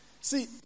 See